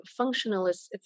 functionalist